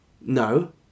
No